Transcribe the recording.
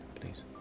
please